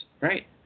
right